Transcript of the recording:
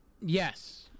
Yes